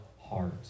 heart